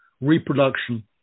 reproduction